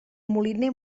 moliner